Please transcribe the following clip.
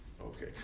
Okay